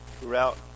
throughout